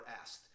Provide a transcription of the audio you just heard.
asked